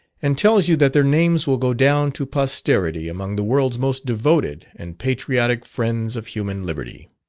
and tells you that their names will go down to posterity among the world's most devoted and patriotic friends of human liberty.